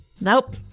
Nope